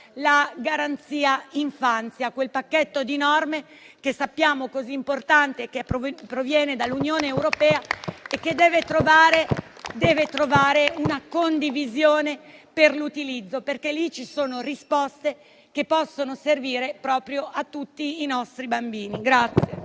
la garanzia infanzia: quel pacchetto di norme che sappiamo essere così importante, che proviene dall'Unione europea e che deve trovare deve trovare una condivisione per l'utilizzo, perché lì ci sono risposte che possono servire proprio a tutti i nostri bambini.